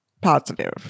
positive